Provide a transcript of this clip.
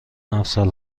مفصل